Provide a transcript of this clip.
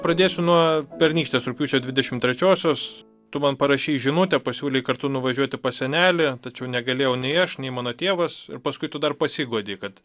pradėsiu nuo pernykštės rugpjūčio dvidešimt trečiosios tu man parašei žinutę pasiūlei kartu nuvažiuoti pas senelį tačiau negalėjau nei aš nei mano tėvas ir paskui tu dar pasiguodei kad